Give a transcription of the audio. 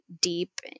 deep